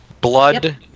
Blood